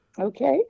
Okay